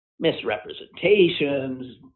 misrepresentations